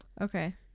Okay